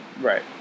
Right